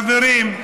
חברים,